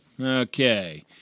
Okay